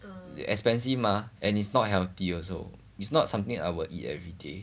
the expensive mah and it's not healthy also it's not something I will eat everyday